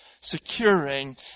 securing